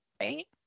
Right